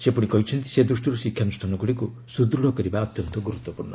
ସେ କହିଛନ୍ତି ସେ ଦୃଷ୍ଟିରୁ ଶିକ୍ଷାନୁଷ୍ଠାନଗୁଡ଼ିକୁ ସୁଦୃଢ଼ କରିବା ଅତ୍ୟନ୍ତ ଗୁରୁତ୍ୱପୂର୍ଣ୍ଣ